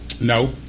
No